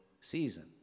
season